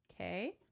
Okay